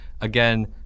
Again